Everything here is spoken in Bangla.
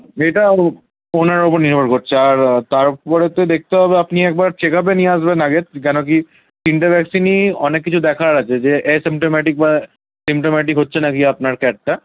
সেটাও ফোনের ওপর নির্ভর করছে আর তারপরে তো দেখতে হবে আপনি একবার চেক আপে নিয়ে আসবেন আগে কেন কি তিনটে ভ্যাকসিনই অনেক কিছু দেখার আছে যে অ্যাসিমটোমেটিক ভা সিমটোমেটিক হচ্ছে নাকি আপনার ক্যাটটা